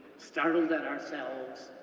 startled at ourselves,